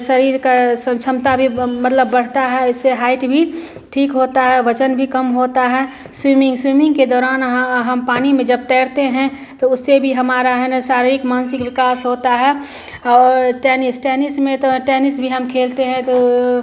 शरीर की क्षमता भी वह मतलब बढ़ती है इससे हाइट भी ठीक होती है वज़न भी कम होता है स्विमिंग स्विमिंग के दौरान हा हम पानी में जब तैरते हैं तो उससे भी हमारा है ना शारिरिक मानसिक विकास होता है और टैनिस टैनिस में तो हं टैनिस भी हम खेलते हैं तो